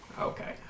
Okay